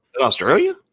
Australia